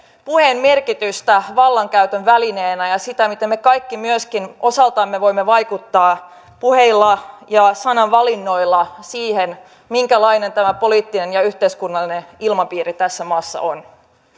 puheen merkitystä vallankäytön välineenä ja sitä miten me kaikki myöskin osaltamme voimme vaikuttaa puheilla ja sanavalinnoilla siihen minkälainen tämä poliittinen ja yhteiskunnallinen ilmapiiri tässä maassa on